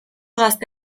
gazte